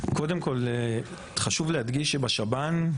קודם כל חשוב להדגיש שבשב"ן,